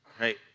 Right